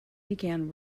began